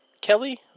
Kelly